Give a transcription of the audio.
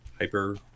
hyper